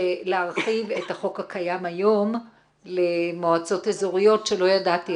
להרחיב את החוק הקיים היום למועצות אזוריות שלא ידעתי,